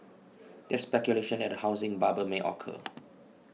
there is speculation that a housing bubble may occur